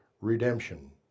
redemption